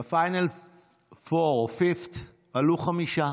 לפיינל פור, או fifth, עלו חמישה.